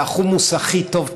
והחומוס הכי טוב,